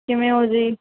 ਕਿਵੇਂ ਹੋ ਜੀ